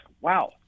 wow